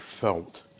felt